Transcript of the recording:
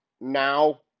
now